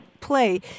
play